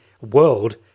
world